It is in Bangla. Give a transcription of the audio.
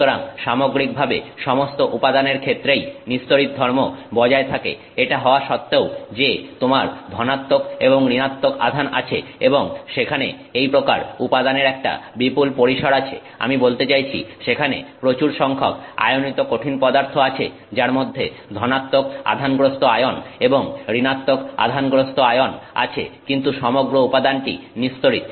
সুতরাং সামগ্রিকভাবে সমস্ত উপাদানের ক্ষেত্রেই নিস্তড়িত ধর্ম বজায় থাকে এটা হওয়া সত্ত্বেও যে তোমার ধনাত্মক এবং ঋণাত্মক আধান আছে এবং সেখানে এই প্রকার উপাদানের একটা বিপুল পরিসর আছে আমি বলতে চাইছি সেখানে প্রচুর সংখ্যক আয়নিত কঠিন পদার্থ আছে যার মধ্যে ধনাত্মক আধানগ্রস্ত আয়ন এবং ঋণাত্মক আধানগ্রস্ত আয়ন আছে কিন্তু সমগ্র উপাদানটি নিস্তড়িত